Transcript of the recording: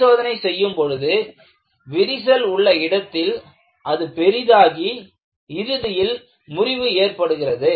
பரிசோதனை செய்யும் பொழுது விரிசல் உள்ள இடத்தில் அது பெரிதாகி இறுதியில் முறிவு ஏற்படுகிறது